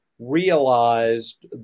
realized